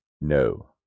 No